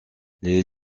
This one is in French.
les